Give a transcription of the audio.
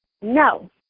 No